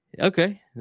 Okay